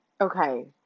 Okay